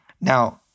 Now